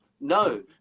No